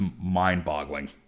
mind-boggling